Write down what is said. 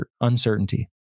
Uncertainty